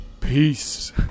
peace